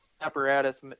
apparatus